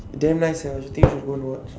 damn nice sia I think you should go and watch